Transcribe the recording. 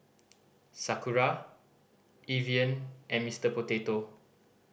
Sakura Evian and Mieter Potato